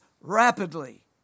rapidly